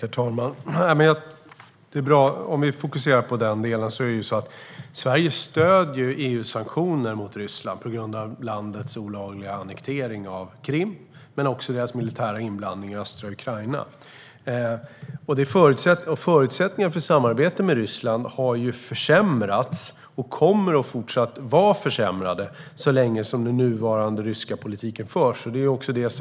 Herr talman! Om vi fokuserar på den delen: Sverige stöder EU-sanktioner mot Ryssland på grund av landets olagliga annektering av Krim och dess militära inblandning i östra Ukraina. Förutsättningarna för samarbete med Ryssland har försämrats och kommer fortsatt att vara försämrade så länge den nuvarande ryska politiken förs.